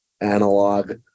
analog